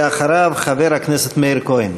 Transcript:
ואחריו, חבר הכנסת מאיר כהן.